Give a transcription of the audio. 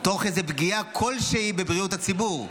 תוך פגיעה כלשהי בבריאות הציבור.